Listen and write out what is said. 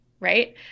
right